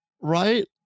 right